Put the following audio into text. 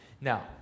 Now